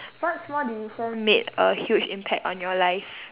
what small decision made a huge impact on your life